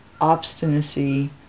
obstinacy